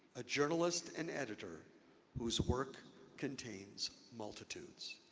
a journalist and editor whose work contains multitudes,